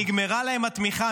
נגמרה להם התמיכה.